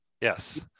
Yes